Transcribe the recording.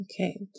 okay